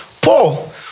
Paul